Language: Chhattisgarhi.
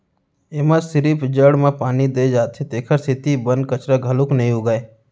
एमा सिरिफ जड़ म पानी दे जाथे तेखर सेती बन कचरा घलोक नइ उगय